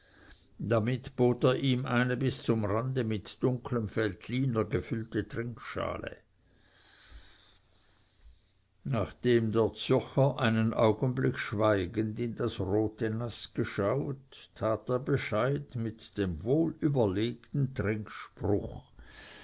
damit bot er ihm eine bis zum rande mit dunklem veltliner gefüllte trinkschale nachdem der zürcher einen augenblick schweigend in das rote naß geschaut tat er bescheid mit dem wohlüberlegten trinkspruche